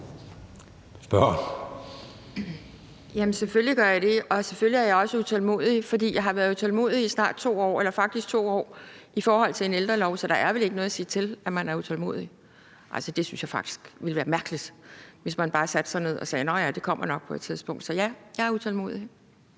Kjærsgaard (DF): Selvfølgelig gør jeg det, og selvfølgelig er jeg også utålmodig. Jeg har været utålmodig faktisk i 2 år i forhold til en ældrelov, så der er vel ikke noget at sige til, at man er utålmodig. Altså, jeg synes faktisk, det ville være mærkeligt, hvis man bare satte sig ned og sagde: Nå ja, det kommer nok på et tidspunkt. Så ja, jeg er utålmodig.